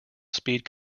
speed